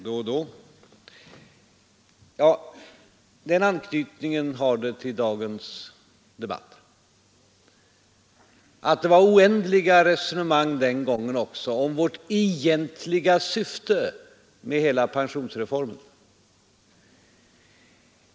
Den anknytningen finns till dagens debatt att det var oändliga resonemang den gången också om vårt egentliga syfte med hela pensionsreformen.